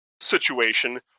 situation